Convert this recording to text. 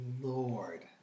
Lord